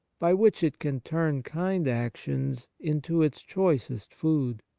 by which it can turn kind actions into its choicest food.